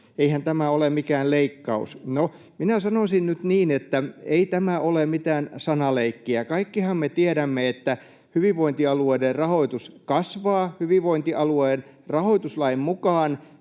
eihän tämä ole mikään leikkaus. No, minä sanoisin nyt niin, että ei tämä ole mitään sanaleikkiä. Kaikkihan me tiedämme, että hyvinvointialueiden rahoitus kasvaa — hyvinvointialueen rahoituslain mukaan